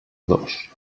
dos